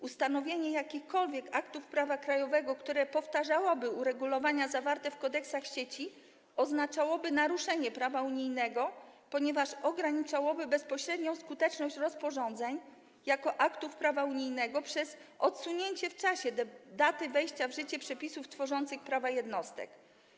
Ustanowienie jakichkolwiek aktów prawa krajowego, które powtarzałyby uregulowania zawarte w kodeksach sieci, oznaczałoby naruszenie prawa unijnego, ponieważ ograniczałoby bezpośrednią skuteczność rozporządzeń jako aktów prawa unijnego przez odsunięcie w czasie daty wejścia w życie przepisów tworzących prawa jednostek.